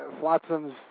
Flotsam's